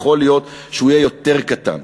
יכול להיות שהוא יהיה יותר קטן.